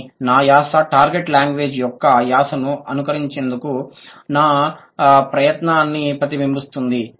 కానీ నా యాస టార్గెట్ లాంగ్వేజ్ యొక్క యాసను అనుకరించేందుకు నా ప్రయత్నాన్ని ప్రతిబింబిస్తుంది